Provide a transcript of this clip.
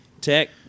Tech